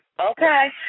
Okay